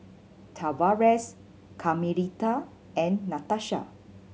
Tavares Carmelita and Natasha